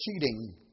cheating